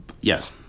Yes